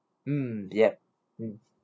mm yup mm